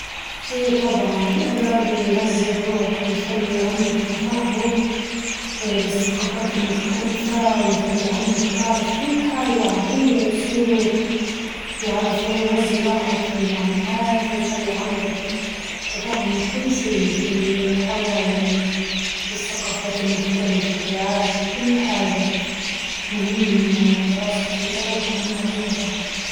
الأدب مهم لإنه يعطينا فهم عميق للثقافة الإنسانية، ويفتح لنا آفاق جديدة للتفكير، ونقدر نتعلمه منه عن التاريخ، والحياة، والمشاعر.